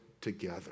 together